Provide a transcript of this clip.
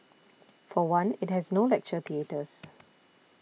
for one it has no lecture theatres